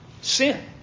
Sin